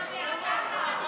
עשה ככה.